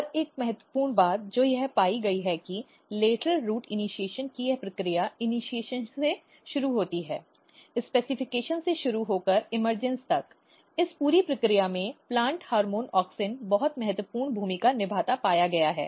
और एक महत्वपूर्ण बात जो यह पाई गई है कि लेटरल रूट इनिशीएशन की यह प्रक्रिया इनिशीएशन से शुरू होती है विनिर्देश से शुरू होकर इमर्जन्स तक इस पूरी प्रक्रिया में प्लांट हॉर्मोन ऑक्सिन बहुत महत्वपूर्ण भूमिका निभाता पाया गया है